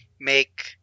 make